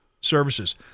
Services